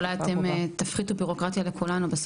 אולי תפחיתו בסוף בירוקרטיה לכולנו.